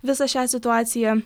visą šią situaciją